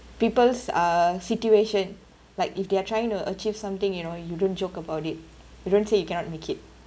people's uh situation like if they are trying to achieve something you know you don't joke about it you don't say you cannot make it